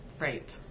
Right